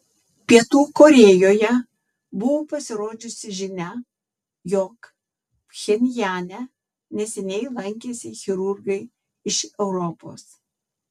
pietų korėjoje buvo pasirodžiusi žinia jog pchenjane neseniai lankėsi chirurgai iš europos